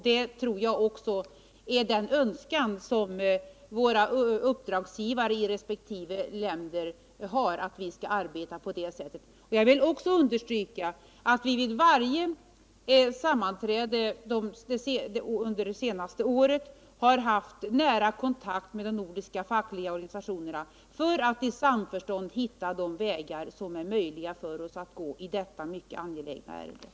Jag tror också att det är våra uppdragsgivares i resp. länder önskan att vi skall arbeta på det sättet. Jag vill också understryka att vi vid varje sammanträde under det senaste året har haft nära kontakt med de nordiska fackliga organisationerna för att i samförstånd försöka finna de vägar som är möjliga att gå när det gäller detta mycket angelägna ärende.